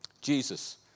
Jesus